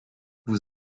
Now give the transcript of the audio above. vous